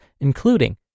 including